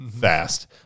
fast